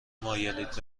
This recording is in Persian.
مایلید